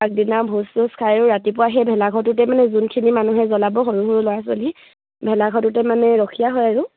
আগদিনা ভোজ চোজ খায় আৰু ৰাতিপুৱা সেই ভেলাঘৰটোতে মানে যোনখিনি মানুহে জ্বলাব সৰু সৰু ল'ৰা ছোৱালী ভেলাঘৰটোতে মানে ৰখীয়া হয় আৰু